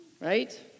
right